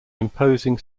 imposing